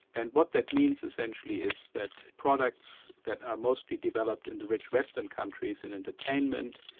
and what that means essentially is that products that are mostly developed in the rich western countries in entertainment,